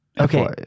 Okay